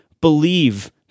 believe